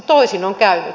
toisin on käynyt